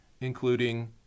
including